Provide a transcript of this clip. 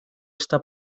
esta